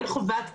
אין חובה,